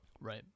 right